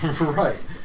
Right